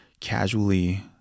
casually